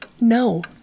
No